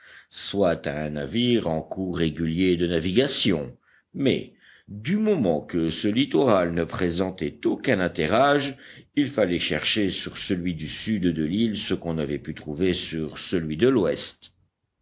soit à un navire en cours régulier de navigation mais du moment que ce littoral ne présentait aucun atterrage il fallait chercher sur celui du sud de l'île ce qu'on n'avait pu trouver sur celui de l'ouest